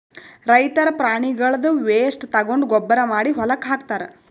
ರೈತರ್ ಪ್ರಾಣಿಗಳ್ದ್ ವೇಸ್ಟ್ ತಗೊಂಡ್ ಗೊಬ್ಬರ್ ಮಾಡಿ ಹೊಲಕ್ಕ್ ಹಾಕ್ತಾರ್